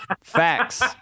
Facts